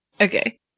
Okay